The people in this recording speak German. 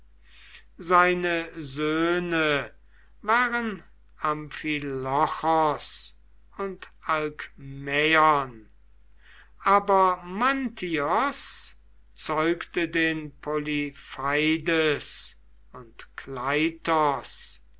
seine söhne waren amphilochos und alkmaion aber mantios zeugte den